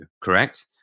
correct